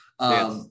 Yes